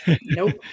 Nope